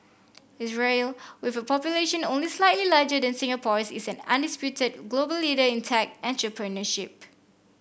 Israel with a population only slightly larger than Singapore's is an undisputed global leader in tech entrepreneurship